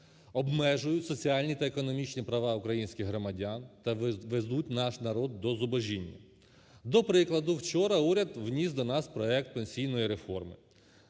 обмежують соціальні та економічні права українських громадян та ведуть наш народ до зубожіння. До прикладу, вчора уряд вніс до нас проект пенсійної реформи.